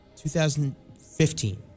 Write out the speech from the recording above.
2015